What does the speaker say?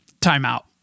timeout